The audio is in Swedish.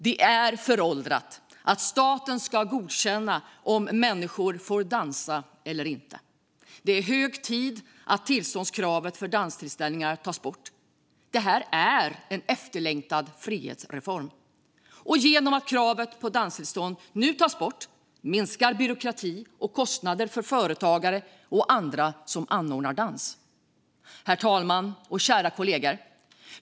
Det är föråldrat att staten ska godkänna om människor får dansa eller inte. Det är hög tid att tillståndskravet för danstillställningar tas bort. Det här är en efterlängtad frihetsreform. Genom att kravet på danstillstånd nu tas bort minskar byråkrati och kostnader för företagare och andra som anordnar dans. Herr talman och kära kollegor!